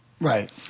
Right